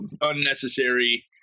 unnecessary